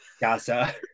Gaza